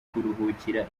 kuruhukira